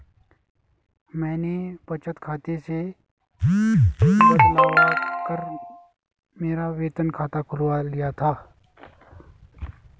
मैंने बचत खाते से बदलवा कर मेरा वेतन खाता खुलवा लिया था